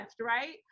right